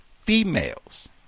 females